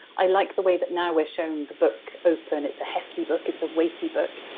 i like the way that now we're shown the book open. it's a hefty book, it's a weighty book,